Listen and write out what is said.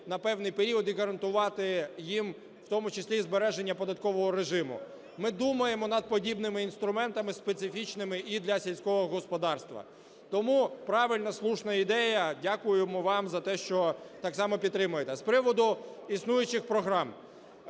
на певний період і гарантувати їм в тому числі і збереження податкового режиму. Ми думаємо над подібними інструментами специфічними і для сільського господарства. Тому правильна, слушна ідея. Дякуємо вам за те, що так само підтримуєте. З приводу існуючих програм.